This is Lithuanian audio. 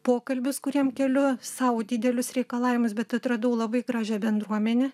pokalbius kuriem keliu sau didelius reikalavimus bet atradau labai gražią bendruomenę